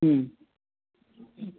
ഉം